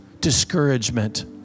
discouragement